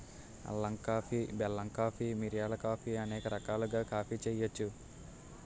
అల్లం కాఫీ బెల్లం కాఫీ మిరియాల కాఫీ అనేక రకాలుగా కాఫీ చేయొచ్చు